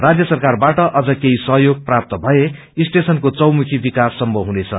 राज्य सरकारबाट अम्न केही सहयोग प्राप्त षए स्टेशनको चौमुखी विकास सम्पव हुनेछ